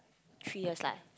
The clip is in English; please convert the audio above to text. three years like